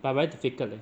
but very difficult leh